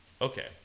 Okay